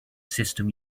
system